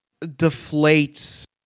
deflates